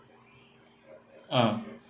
ah